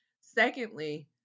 Secondly